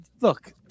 Look